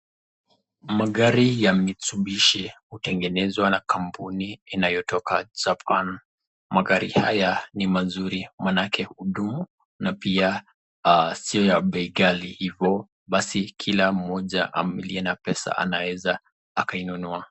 Magari ya mitsubishi hutengenezwa na kampuni inayotoka Japan, magari haya ni mazuri maanake hudumu na pia sio ya bei ghali hivo, basi kila mmoja aliye na pesa anaweza akainunua.